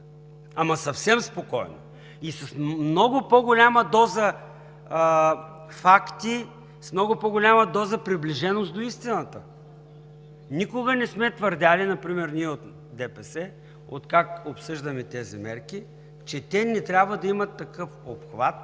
ама съвсем спокойно и с много по-голяма доза факти, с много по-голяма доза приближеност до истината? Никога не сме твърдели например ние от ДПС, откакто обсъждаме тези мерки, че те не трябва да имат такъв обхват